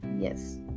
yes